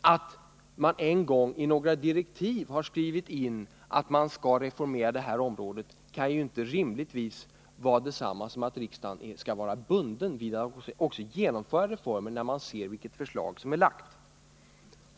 Att man en gång i några direktiv har skrivit in att man skall reformera det kan inte rimligtvis vara detsamma som att riksdagen skall vara bunden vid att också genomföra reformen, när man ser vilket förslag som är lagt.